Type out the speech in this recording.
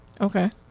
Okay